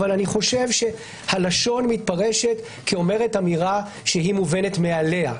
אבל הלשון מתפרשת כאומרת אמירה שהיא מובנית מאליה,